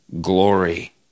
glory